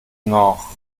noch